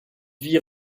vie